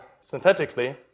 synthetically